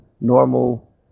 normal